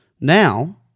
Now